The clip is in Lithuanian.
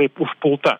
kaip užpulta